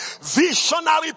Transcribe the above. visionary